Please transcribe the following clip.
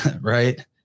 right